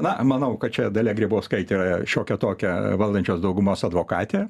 na manau kad čia dalia grybauskaitė yra šiokia tokia valdančios daugumos advokatė